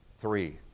three